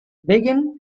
begin